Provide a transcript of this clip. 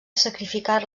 sacrificar